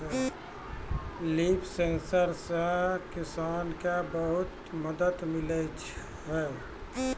लिफ sensor से किसान के बहुत मदद मिलै छै